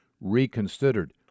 reconsidered